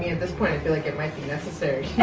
yeah at this point i feel like it might be necessary